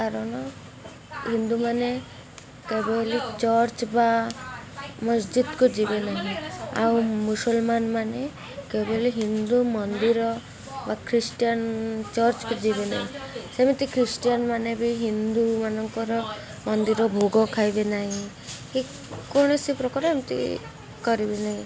କାରଣ ହିନ୍ଦୁମାନେ କେବେ ହେଲେ ଚର୍ଚ୍ଚ ବା ମସଜିଦ୍କୁ ଯିବେ ନାହିଁ ଆଉ ମୁସଲମାନ ମାନେ କେବେ ହେଲେ ହିନ୍ଦୁ ମନ୍ଦିର ବା ଖ୍ରୀଷ୍ଟିୟାନ ଚର୍ଚ୍ଚକୁ ଯିବେ ନାହିଁ ସେମିତି ଖ୍ରୀଷ୍ଟିୟାନ ମାନେ ବି ହିନ୍ଦୁମାନଙ୍କର ମନ୍ଦିର ଭୋଗ ଖାଇବେ ନାହିଁ କି କୌଣସି ପ୍ରକାର ଏମିତି କରିବେ ନାହିଁ